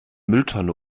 mülltonne